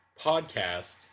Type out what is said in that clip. podcast